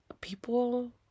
people